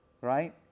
Right